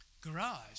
garage